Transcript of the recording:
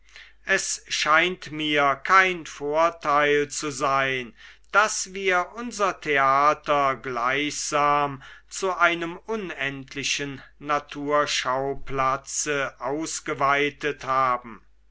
es scheint mir kein vorteil zu sein daß wir unser theater gleichsam zu einem unendlichen naturschauplatze ausgeweitet haben